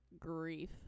grief